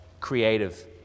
creative